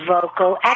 vocal